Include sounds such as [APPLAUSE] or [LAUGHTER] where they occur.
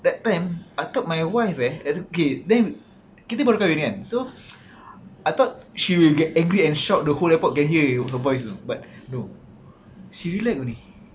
that time I thought my wife eh then kita baru kahwin kan so [NOISE] I thought she will get angry and shocked the whole airport can hear her voice but she relax already